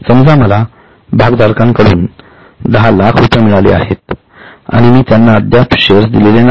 समजा मला भागधारकांकडून 10 लाख रुपये मिळाले आहेत आणि मी त्यांना अद्याप शेअर्स दिलेले नाहीत